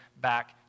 back